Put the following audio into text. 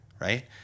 right